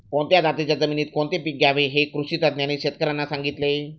कोणत्या जातीच्या जमिनीत कोणते पीक घ्यावे हे कृषी तज्ज्ञांनी शेतकर्यांना सांगितले